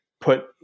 put